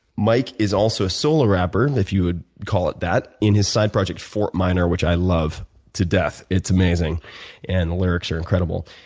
mike is also a solo rapper, if you would call it that, in his side project fort minor, which i love to death. it's amazing and the lyrics are incredible.